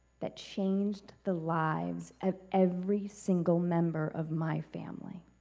that changed the lives of every single member of my family